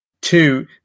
Two